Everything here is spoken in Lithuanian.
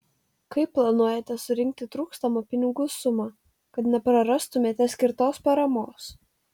kaip planuojate surinkti trūkstamą pinigų sumą kad neprarastumėte skirtos paramos